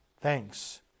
Thanks